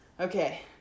okay